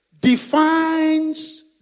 defines